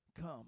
Come